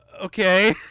okay